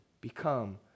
become